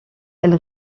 elle